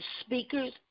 speakers